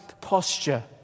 posture